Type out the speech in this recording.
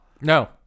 No